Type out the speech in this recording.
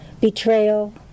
betrayal